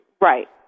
Right